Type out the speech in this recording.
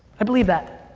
i believe that.